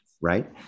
Right